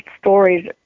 stories